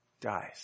dies